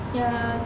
ya